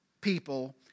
people